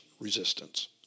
resistance